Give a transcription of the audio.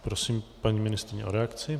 Prosím paní ministryni o reakci.